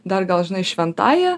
dar gal žinai šventąja